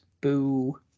Boo